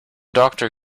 doctor